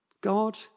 God